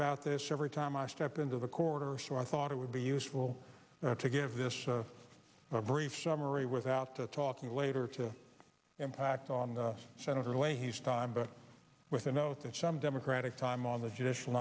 about this every time i step into the quarter so i thought it would be useful to give this brief summary without the talking waiver to impact on the senator leahy's time but with a note that some democratic time on the judicial